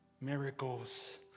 miracles